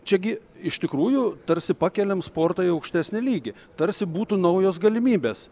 čia gi iš tikrųjų tarsi pakeliam sportą į aukštesnį lygį tarsi būtų naujos galimybės